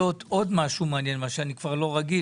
עוד משהו מעניין מה שאני כבר לא רגיל.